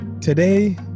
today